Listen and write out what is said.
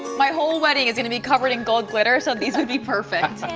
my whole wedding is going to be covered in gold glitter so these would be perfect.